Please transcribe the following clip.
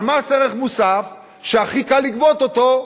אבל מס ערך מוסף, שהכי קל לגבות אותו,